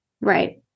Right